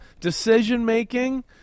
decision-making